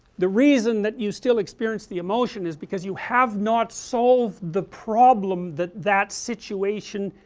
the reason that you still experience the emotion is because you have not solved the problem that that situation